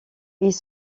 ils